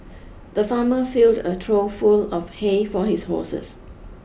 the farmer filled a trough full of hay for his horses